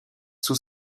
sous